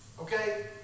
okay